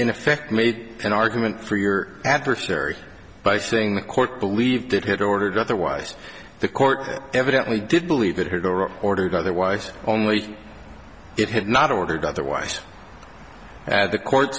in effect made an argument for your adversary by saying the court believed it had ordered otherwise the court evidently did believe it had ordered otherwise only it had not ordered otherwise at the court